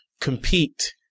compete